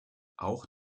auch